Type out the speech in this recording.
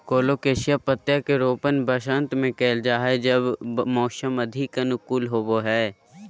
colocasia पत्तियां के रोपण वसंत में कइल जा हइ जब मौसम अधिक अनुकूल होबो हइ